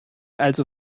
also